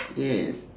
yes